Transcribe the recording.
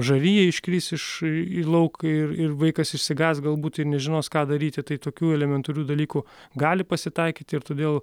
žarija iškris iš į lauk ir ir vaikas išsigąs galbūt ir nežinos ką daryti tai tokių elementarių dalykų gali pasitaikyt ir todėl